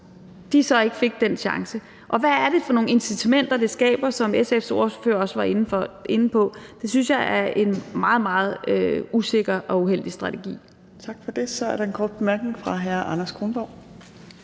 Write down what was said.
andre så ikke fik den chance. Og hvad er det for nogle incitamenter, det skaber, som SF's ordfører også var inde på? Det synes jeg er en meget, meget usikker og uheldig strategi. Kl. 21:14 Fjerde næstformand (Trine Torp):